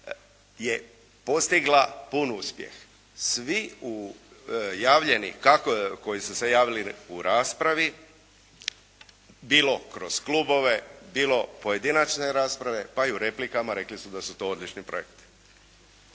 je postigla pun uspjeh. Svi javljeni kako koji su se javili u raspravi bilo kroz klubove, bilo pojedinačne rasprave pa i u replikama, rekli su da su to odlični projekti.